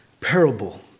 parable